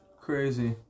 Crazy